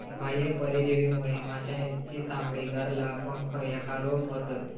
बाह्य परजीवीमुळे माशांची चामडी, गरला, पंख ह्येका रोग होतत